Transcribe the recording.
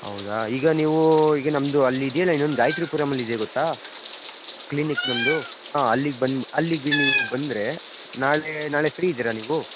ಹೌದಾ ಈಗ ನೀವು ಈಗ ನಮ್ಮದು ಅಲ್ಲಿದ್ಯಲ್ಲಾ ಇನ್ನೊಂದು ಗಾಯತ್ರಿಪುರಮ್ ಅಲ್ಲಿ ಇದೆ ಗೊತ್ತಾ ಕ್ಲೀನಿಕ್ ನಮ್ಮದು ಹಾಂ ಅಲ್ಲಿಗೆ ಬಂದು ಅಲ್ಲಿಗೆ ನೀವು ಬಂದರೆ ನಾಳೆ ನಾಳೆ ಫ್ರೀ ಇದ್ದೀರಾ ನೀವು